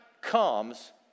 comes